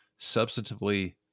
substantively